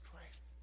Christ